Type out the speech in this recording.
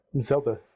Zelda